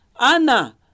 Anna